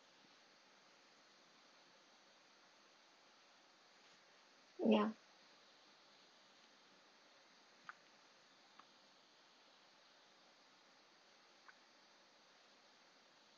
ya